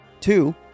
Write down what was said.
Two